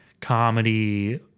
comedy